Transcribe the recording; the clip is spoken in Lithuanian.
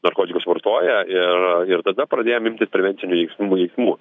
narkotikus vartoja ir ir tada pradėjom imtis prevencinių veiksm veiksmų